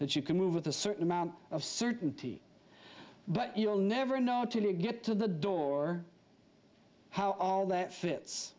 that you can move with a certain amount of certainty but you'll never know until you get to the door how all that fits